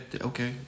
okay